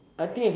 I think